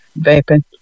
vaping